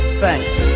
thanks